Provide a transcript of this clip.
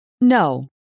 No